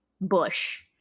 bush –